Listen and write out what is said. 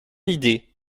idée